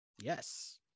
Yes